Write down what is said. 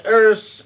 earth